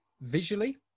Visually